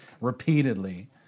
repeatedly